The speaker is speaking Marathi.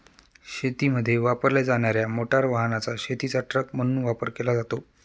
शेतीमध्ये वापरल्या जाणार्या मोटार वाहनाचा शेतीचा ट्रक म्हणून वापर केला जातो